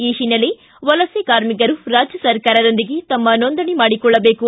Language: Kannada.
ಈ ಹಿನ್ನೆಲೆ ವಲಸೆ ಕಾರ್ಮಿಕರು ರಾಜ್ಯ ಸರ್ಕಾರದೊಂದಿಗೆ ತಮ್ಮ ನೋಂದಣಿ ಮಾಡಿಕೊಳ್ಳಬೇಕು